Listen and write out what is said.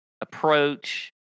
Approach